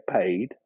paid